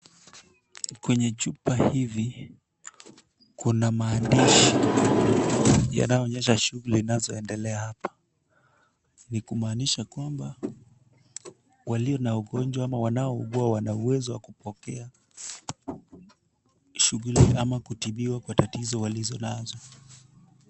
Kwenye chupa hizi kuna maandishi yanayoonyesha shughuli zinazoendelea hapa, ni kumaanisha kwamba walio na ugonjwa ama wanaougua wana uwezo wa kupokea shughuli au kutibiwa kwa tatizo walizo nazo.